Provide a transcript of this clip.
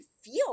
feel